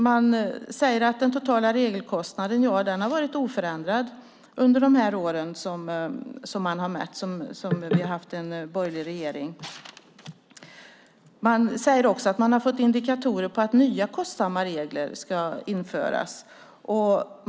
Man säger att den totala regelkostnaden har varit oförändrad under de år som man har mätt, som vi har haft en borgerlig regering. Man säger att man har fått indikationer på att nya kostsamma regler ska införas.